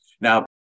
Now